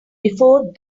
before